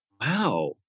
wow